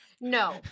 No